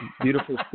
beautiful